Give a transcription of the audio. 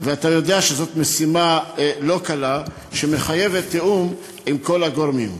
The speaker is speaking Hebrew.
ואתה יודע שזאת משימה לא קלה שמחייבת תיאום עם כל הגורמים.